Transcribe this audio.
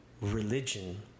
religion